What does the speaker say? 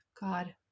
god